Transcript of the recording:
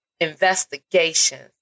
investigations